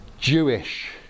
Jewish